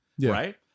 right